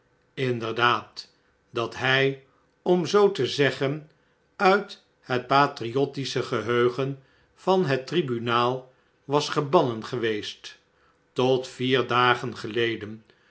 dat hjj om zoo te zeggen uit het patriottische geheugen van het tribunaal was gebannen geweest tot v ier dagen geleden